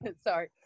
sorry